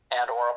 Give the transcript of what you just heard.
and/or